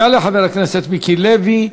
יעלה חבר הכנסת מיקי לוי,